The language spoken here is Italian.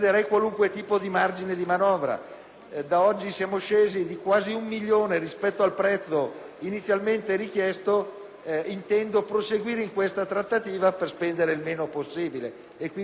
Da oggi siamo scesi di quasi un milione rispetto al prezzo inizialmente richiesto; intendo proseguire con questa trattativa spendendo il meno possibile e, quindi, invito i presentatori al ritiro